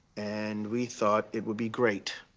and we thought it would be great.